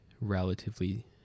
relatively